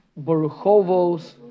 Boruchovos